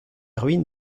ruines